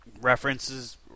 references